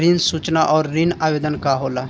ऋण सूचना और ऋण आवेदन का होला?